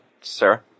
Sarah